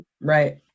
Right